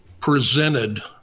presented